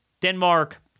Denmark